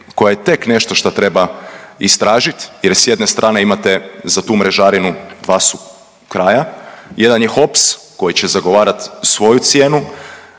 koje je tek nešto što treba istražit jer s jedne strane imate za tu mrežarinu dva su kraja, jedan je HOPS koji će zagovarati svoju cijenu,